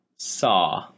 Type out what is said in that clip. saw